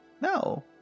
No